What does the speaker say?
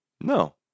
No